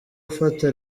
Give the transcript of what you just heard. ufata